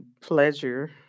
pleasure